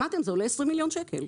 שמעתם, זה עולה 20 מיליון שקל.